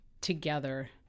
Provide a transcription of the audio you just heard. together